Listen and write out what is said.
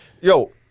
Yo